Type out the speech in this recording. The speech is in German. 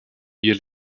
wir